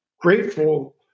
grateful